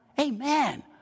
Amen